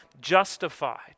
justified